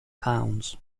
pounds